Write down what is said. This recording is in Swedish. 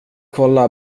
kolla